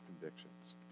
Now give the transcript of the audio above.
convictions